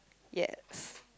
yes